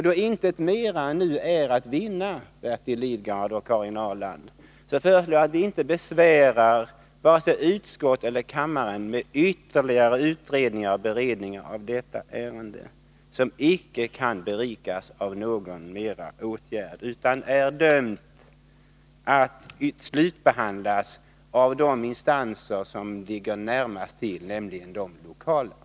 Då intet mera nu är att vinna, Bertil Lidgard och Karin Ahrland, föreslår jag att vi inte besvärar vare sig utskott eller kammare med ytterligare utredningar och beredningar av detta ärende, som icke kan berikas av någon mera åtgärd utan är dömt att slutbehandlas av de instanser som ligger närmast till, nämligen de lokala.